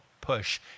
push